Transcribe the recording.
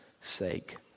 sake